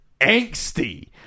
angsty